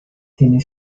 tiene